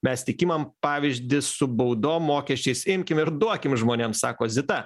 mes tik imam pavyzdį su baudom mokesčiais imkim ir duokim žmonėm sako zita